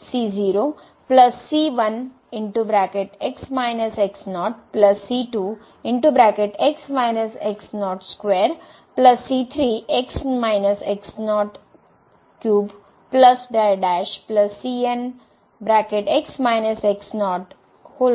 तर आपण ते